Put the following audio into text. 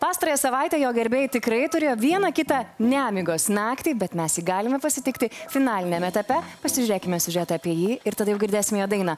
pastarąją savaitę jo gerbėjai tikrai turėjo vieną kitą nemigos naktį bet mes jį galime pasitikti finaliniame etape pasižiūrėkime siužetą apie jį ir tada girdėsime jo dainą